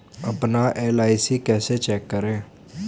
अपना एल.आई.सी कैसे चेक करें?